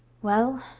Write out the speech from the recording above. well,